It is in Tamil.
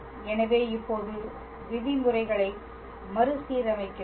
எனவே இப்போது விதிமுறைகளை மறுசீரமைக்கிறோம்